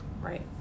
right